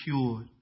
cured